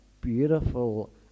beautiful